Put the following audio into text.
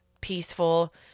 peaceful